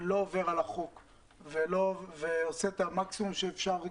לא עובר על החוק, ועושה את המקסימום שאפשר.